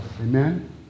Amen